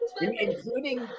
including